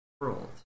world